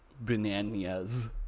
bananas